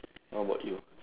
how about you